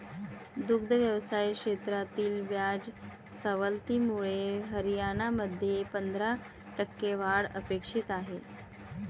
दुग्ध व्यवसाय क्षेत्रातील व्याज सवलतीमुळे हरियाणामध्ये पंधरा टक्के वाढ अपेक्षित आहे